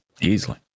Easily